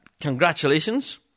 congratulations